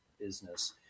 business